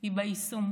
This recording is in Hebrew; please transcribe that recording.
היא ביישום,